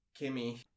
Kimmy